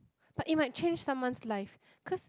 but it might change someone's life cause